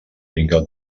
vinga